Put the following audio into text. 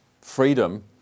freedom